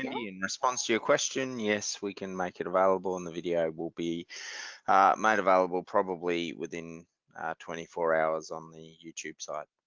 in response to your question. yes we can make it available and the video will be made available probably within twenty four hours on youtube site.